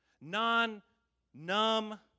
non-numb